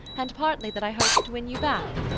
and partly that i hoped to win you back,